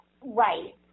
Right